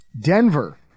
Denver